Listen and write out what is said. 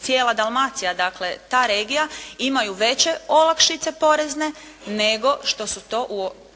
cijela Dalmacija dakle ta regija imaju veće olakšice porezne nego što su to znači